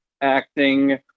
acting